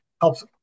helps